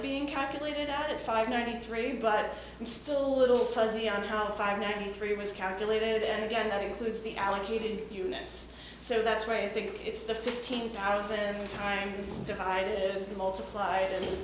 being calculated out of five ninety three but i'm still a little fuzzy on how the five ninety three was calculated and again that includes the allocated units so that's why i think it's the fifteen thousand times divided multipl